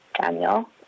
Daniel